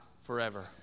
forever